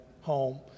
home